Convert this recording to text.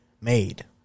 Made